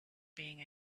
being